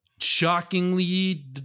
Shockingly